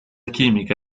chimica